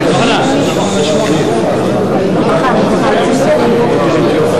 הכספים 2012, כהצעת הוועדה, נתקבל.